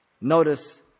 Notice